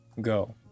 go